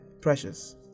precious